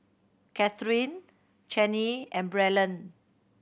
Katherine Channie and Braylen